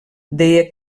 deia